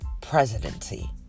presidency